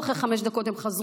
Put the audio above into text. אחרי חמש דקות הם חזרו,